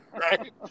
Right